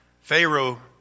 Pharaoh